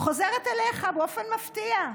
אני חוזרת אליך באופן מפתיע,